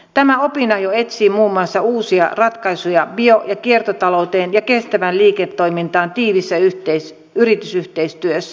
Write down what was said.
tämä opinahjo etsii muun muassa uusia ratkaisuja bio ja kiertotalouteen ja kestävään liiketoimintaan tiiviissä yritysyhteistyössä